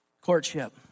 courtship